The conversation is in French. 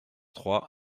trois